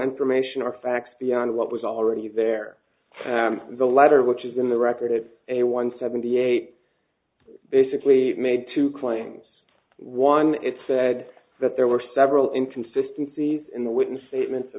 information or facts beyond what was already there in the letter which is in the record it a one seventy eight basically made two claims one it said that there were several inconsistency in the witness